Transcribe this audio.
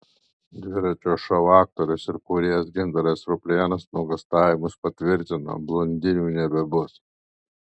dviračio šou aktorius ir kūrėjas gintaras ruplėnas nuogąstavimus patvirtino blondinių nebebus